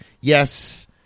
Yes